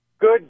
Good